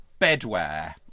bedwear